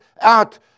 out